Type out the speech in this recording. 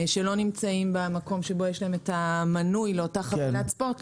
שלא נמצאים במקום שבו יש להם מנוי לאותה חבילת ספורט,